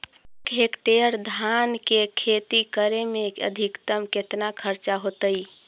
एक हेक्टेयर धान के खेती करे में अधिकतम केतना खर्चा होतइ?